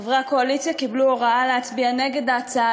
חברי הקואליציה קיבלו הוראה להצביע נגד ההצעה